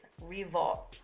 revolt